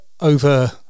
over